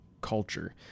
culture